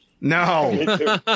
no